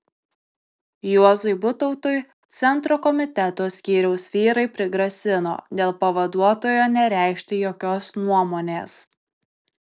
juozui butautui centro komiteto skyriaus vyrai prigrasino dėl pavaduotojo nereikšti jokios nuomonės